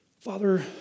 Father